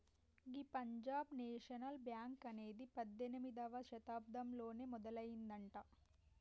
గీ Punjab National Bank అనేది పద్దెనిమిదవ శతాబ్దంలోనే మొదలయ్యిందట